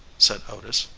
said otis,